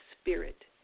spirit